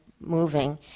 moving